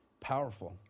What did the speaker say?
powerful